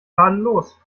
tadellos